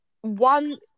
one